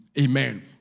Amen